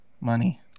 Money